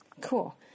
Cool